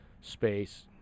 space